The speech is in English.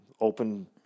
open